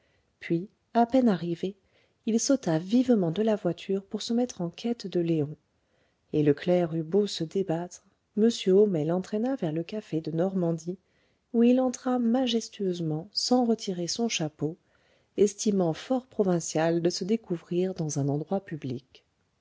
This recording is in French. puis à peine arrivé il sauta vivement de la voiture pour se mettre en quête de léon et le clerc eut beau se débattre m homais l'entraîna vers le grand café de normandie où il entra majestueusement sans retirer son chapeau estimant fort provincial de se découvrir dans un endroit public